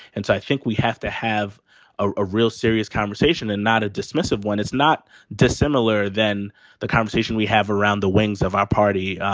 and so i think we have to have a real serious conversation and not a dismissive one. it's not dissimilar than the conversation we have around the wings of our party,